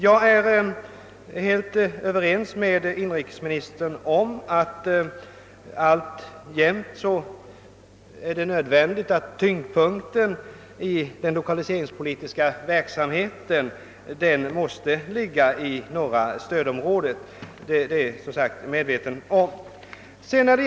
Jag är därför helt överens med inrikesministern om att det är nödvändigt att tyngdpunkten i den lokaliseringspolitiska verksamheten alltjämt ligger inom det norra stödområdet.